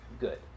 good